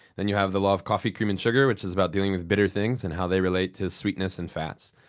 then you have the law of coffee, cream and sugar, which is about dealing with bitter things and how they relate to sweetness and fats.